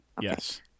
Yes